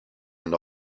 and